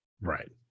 Right